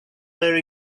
their